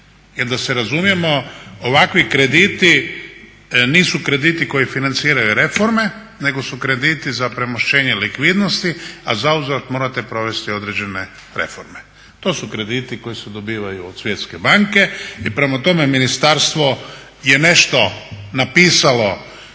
Jer da se razumijemo, ovakvi krediti nisu krediti koji financiraju reforme, nego su krediti za premošćenje likvidnosti, a zauzvrat morate provesti određene reforme. To su krediti koji se dobivaju od Svjetske banke. I prema tome, ministarstvo je nešto napisalo